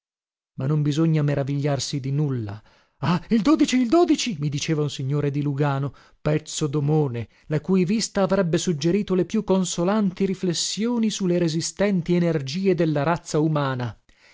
ma non bisogna meravigliarsi di nulla ah il mi diceva un signore di lugano pezzo domone la cui vista avrebbe suggerito le più consolanti riflessioni su le resistenti energie della razza umana